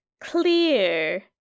clear